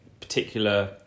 particular